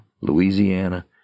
Louisiana